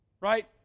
Right